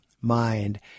mind